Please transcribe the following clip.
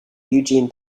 eugene